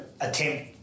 attempt